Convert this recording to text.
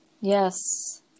Yes